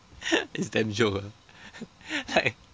it's damn joke ah like